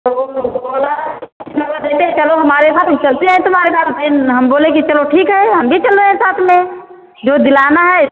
वो बोला चलो हमारे साथ हम चलते हैं तुम्हारे साथ नहीं हम बोले कि चलो ठीक है हम भी चल रहे हैं साथ में जो दिलाना है